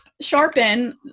sharpen